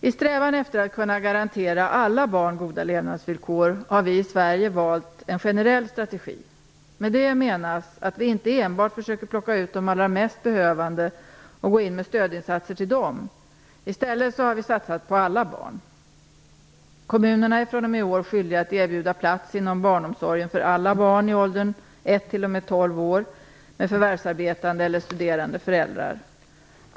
I strävan efter att kunna garantera alla barn goda levnadsvillkor har vi i Sverige valt en generell strategi. Med det menas att vi inte enbart försöker plocka ut de allra mest behövande och gå in med stödinsatser till dem. I stället har vi satsat på alla barn. t.o.m. 12 år med förvärvsarbetande eller studerande föräldrar.